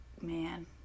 Man